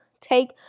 take